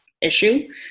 issue